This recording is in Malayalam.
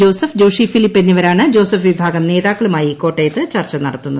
ജോസഫ് ജോഷി ഫിലിപ്പ് എന്നിവരാണ് ജോസഫ് വിഭാഗം നേതാക്കളുമായി കോട്ടയത്ത് ചർച്ച നടത്തുന്നത്